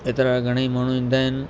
एतिरा घणेई माण्हू ईंदा आहिनि